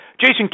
Jason